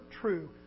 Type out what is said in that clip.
true